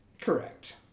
Correct